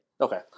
Okay